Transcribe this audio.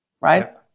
right